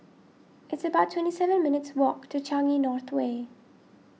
it's about twenty seven minutes' walk to Changi North Way